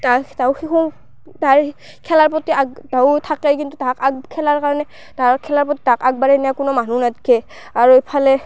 তাৰ তাহো শিশু তাৰ খেলাৰ প্ৰতি আগ্ৰহো থাকেই কিন্তু তাহাক আগ খেলাৰ কাৰণে তাহাক খেলাৰ প্ৰতি তাক আগবাঢ়াই নিয়াৰ কোনো মানুহ নাথকে আৰু ইফালে